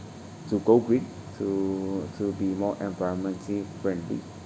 to go green to to be more environmentally friendly